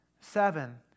seven